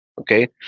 okay